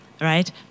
right